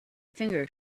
finger